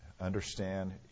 understand